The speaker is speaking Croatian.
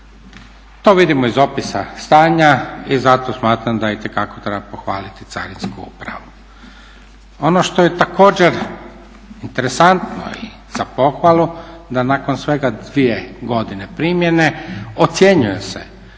To vidimo iz opisa stanja i zato smatram da itekako treba pohvaliti carinsku upravu. Ono što je također interesantno i za pohvalu, da nakon svega dvije godine primjene ocjenjuje se